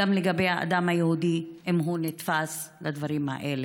גם לגבי האדם היהודי אם הוא נתפס לדברים האלה."